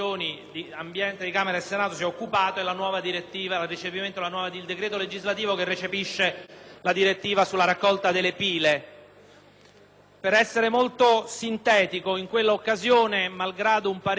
Per essere molto sintetico, in quella occasione, malgrado un parere unanime espresso dalle Commissioni ambiente sia del Senato che della Camera, sul testo che ci era stato trasmesso dal Governo,